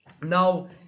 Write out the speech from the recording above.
Now